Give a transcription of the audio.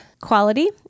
quality